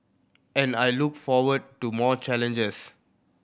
and I look forward to more challenges